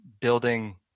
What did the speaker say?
building